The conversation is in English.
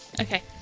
Okay